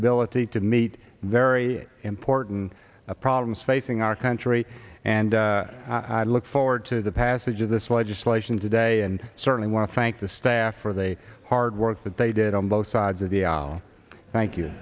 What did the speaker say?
ability to meet very important problems facing our country and i look forward to the passage of this legislation today and certainly want to thank the staff for the hard work that they did on both sides of the aisle thank you